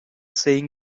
saying